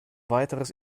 weiteres